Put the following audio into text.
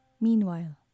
Meanwhile